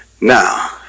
Now